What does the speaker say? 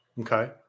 Okay